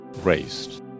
raised